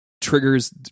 triggers